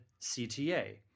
CTA